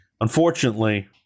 Unfortunately